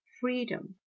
freedom